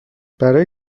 برای